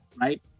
right